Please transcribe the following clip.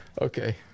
Okay